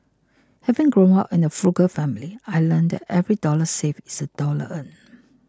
having grown up in a frugal family I learnt that every dollar saved is a dollar earned